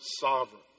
sovereign